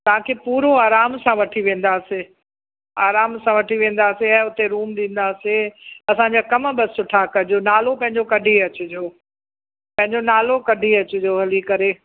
तव्हांखे पूरो आराम सां वठी वेंदासीं आराम सां वठी वेंदासीं ऐं हुते रूम ॾींदासीं असांजा कम बसि सुठा कजो नालो पंहिंजो कढी अचिजो पंहिंजो नालो कढी अचिजो हली करे